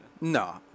no